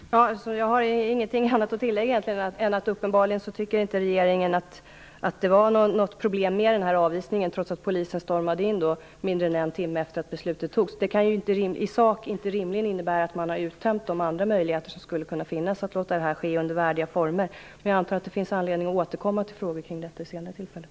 Fru talman! Jag har ingenting annat att tillägga än att regeringen uppenbarligen inte anser att det var något problem med denna avvisning trots att polisen stormade in mindre än en timme efter att beslutet fattades. Det kan ju i sak rimligen inte innebära att man har uttömt de andra möjligheter som skulle kunna finnas att låta detta ske under värdiga former. Men jag antar att det finns anledning att återkomma till frågor kring detta vid senare tillfällen.